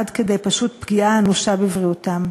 עד כדי פשוט פגיעה אנושה בבריאותם.